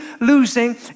losing